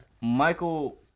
Michael